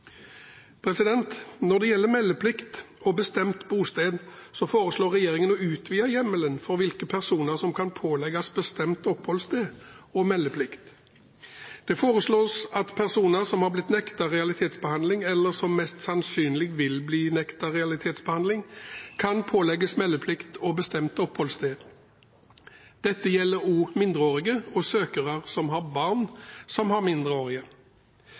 Når det gjelder meldeplikt og bestemt bosted, foreslår regjeringen å utvide hjemmelen for hvilke personer som kan pålegges bestemt oppholdssted og meldeplikt. Det foreslås at personer som har blitt nektet realitetsbehandling, eller som mest sannsynlig vil bli nektet realitetsbehandling, kan pålegges meldeplikt og bestemt oppholdssted. Dette gjelder også mindreårige og søkere som har barn som er mindreårige.